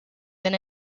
than